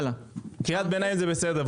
קריאת ביניים זה בסדר.